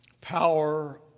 power